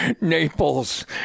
Naples